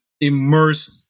immersed